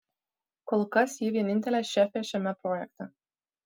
kol kas ji vienintelė šefė šiame projekte